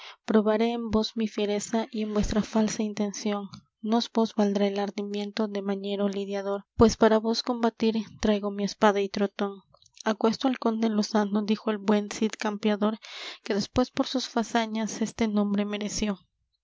probaré en vos mi fiereza y en vuesa falsa intención nos vos valdrá el ardimiento de mañero lidiador pues para vos combatir traigo mi espada y trotón aquesto al conde lozano dijo el buen cid campeador que después por sus fazañas este nombre mereció